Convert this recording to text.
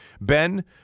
Ben